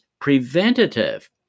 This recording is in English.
preventative